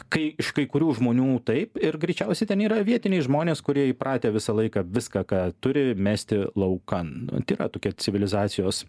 kai iš kai kurių žmonių taip ir greičiausiai ten yra vietiniai žmonės kurie įpratę visą laiką viską ką turi mesti laukan yra tokie civilizacijos